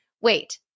wait